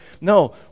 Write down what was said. no